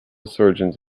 surgeons